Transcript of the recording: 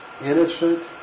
innocent